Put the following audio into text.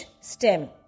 stem